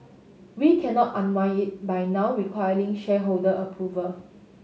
we cannot unwind it by now requiring shareholder approval